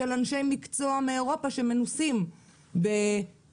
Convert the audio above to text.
של אנשי מקצוע מאירופה שמנוסים בתוואי